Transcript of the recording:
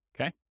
okay